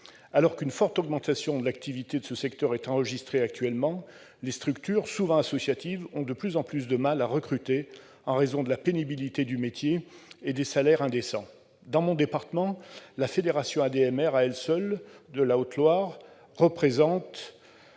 Alors qu'une forte augmentation de l'activité de ce secteur est actuellement enregistrée, les structures, souvent associatives, ont de plus en plus de mal à recruter, en raison de la pénibilité du métier et des salaires indécents. Dans mon département, la fédération Aide à domicile en milieu rural, ADMR, de Haute-Loire représente